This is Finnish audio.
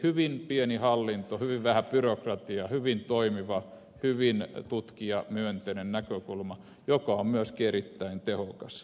hyvin pieni hallinto hyvin vähän byrokratiaa hyvin toimiva hyvin tutkijamyönteinen näkökulma joka on myöskin erittäin tehokas